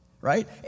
right